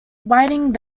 whiting